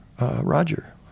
Roger